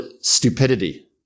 stupidity